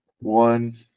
One